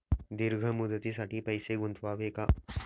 दीर्घ मुदतीसाठी पैसे गुंतवावे का?